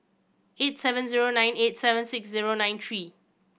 eight seven zero nine eight seven six zero nine three